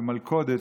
במלכודת,